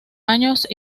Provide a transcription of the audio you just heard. años